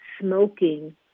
smoking